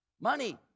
Money